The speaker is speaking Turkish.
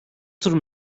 tur